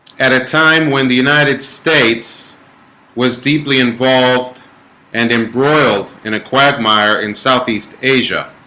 at a time when the united states was deeply involved and embroiled in a quagmire in southeast asia